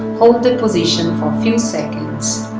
hold the position for few seconds.